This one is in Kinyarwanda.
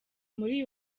muri